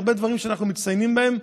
על הרבה דברים שאנחנו מצטיינים בהם,